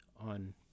on